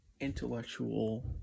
intellectual